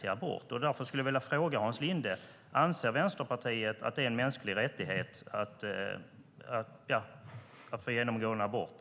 Därför skulle jag vilja fråga Hans Linde: Anser Vänsterpartiet att det är en mänsklig rättighet att få genomgå en abort?